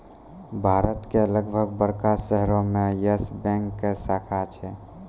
भारत के लगभग बड़का शहरो मे यस बैंक के शाखा छै